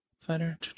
Fighter